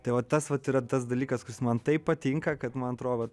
tai o tas vat yra tas dalykas kuris man taip patinka kad man atrodo vat